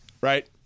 right